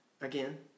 again